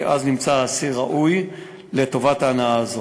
נמצא האסיר ראוי לטובת הנאה זו.